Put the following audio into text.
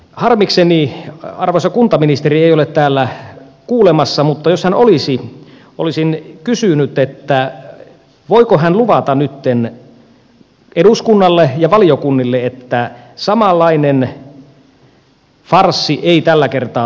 harmikseni arvoisa kuntaministeri ei ole täällä kuulemassa mutta jos hän olisi olisin kysynyt voiko hän luvata nyt eduskunnalle ja valiokunnille että samanlainen farssi ei tällä kertaa toteudu